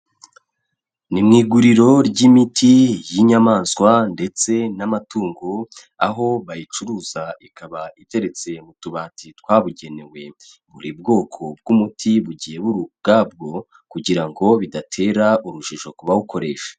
Ni mu iguriro ry'imiti y'inyamaswa ndetse n'amatungo, aho bayicuruza ikaba iteretse mu tubati twabugenewe, buri bwoko bw'umuti bugiye bu ubwabwo kugira ngo bidatera urujijo kubawukoresha.